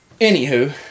Anywho